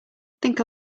think